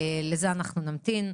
לזה אנחנו נמתין.